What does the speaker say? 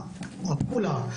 עפולה,